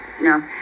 no